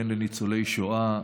בן לניצולי שואה,